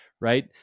right